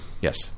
Yes